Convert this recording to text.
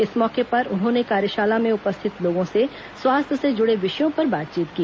इस मौके पर उन्होंने कार्यशाला में उपस्थित लोगों से स्वास्थ्य से जुड़े विषयों पर बातचीत की